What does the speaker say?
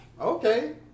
Okay